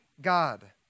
God